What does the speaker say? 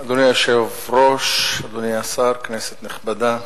אדוני היושב-ראש, אדוני השר, כנסת נכבדה,